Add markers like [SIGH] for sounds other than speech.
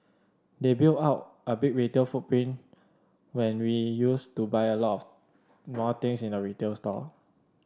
they built out a big retail footprint when we used to buy a [UNINTELLIGIBLE] more things in the retail store